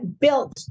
built